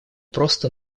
просто